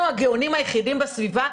אנחנו הגאונים היחידים בסביבה?